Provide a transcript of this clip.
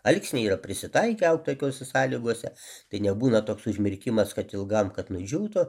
alksniai yra prisitaikę augt tokiose sąlygose tai nebūna toks užmirkimas kad ilgam kad nudžiūtų